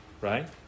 right